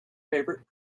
favourite